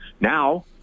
now